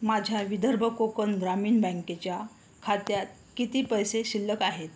माझ्या विदर्भ कोकण ग्रामीण बँकेच्या खात्यात किती पैसे शिल्लक आहेत